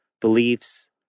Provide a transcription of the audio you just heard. beliefs